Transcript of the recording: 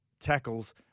tackles